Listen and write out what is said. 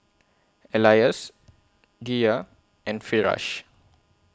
Elyas Dhia and Firash